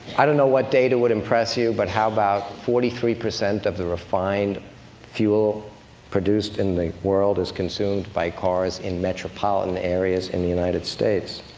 i don't know what data would impress you, but how about, forty three percent of the refined fuel produced in the world is consumed by cars in metropolitan areas in the united states.